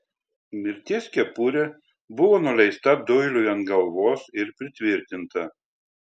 mirties kepurė buvo nuleista doiliui ant galvos ir pritvirtinta